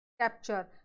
capture